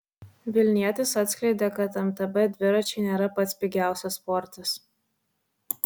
vilnietis atskleidė kad mtb dviračiai nėra pats pigiausias sportas